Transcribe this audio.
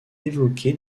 évoquée